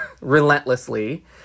relentlessly